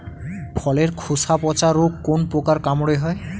ফলের খোসা পচা রোগ কোন পোকার কামড়ে হয়?